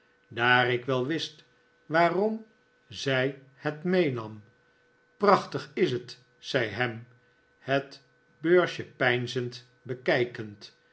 daar ik wel wist waarom zij het meenam prachtig is het zei ham het beursje peinzend bekijkend